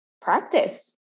practice